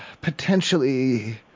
potentially